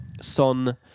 son